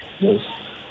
Yes